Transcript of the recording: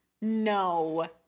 No